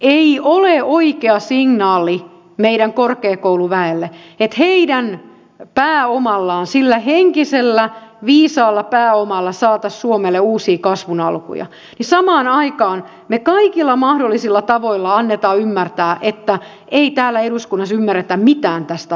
ei ole oikea signaali meidän korkeakouluväelle että kun heidän pääomallaan sillä henkisellä viisaalla pääomalla saataisiin suomelle uusia kasvun alkuja niin samaan aikaan me kaikilla mahdollisilla tavoilla annamme ymmärtää että ei täällä eduskunnassa ymmärretä mitään tästä asiasta